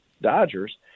Dodgers